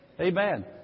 Amen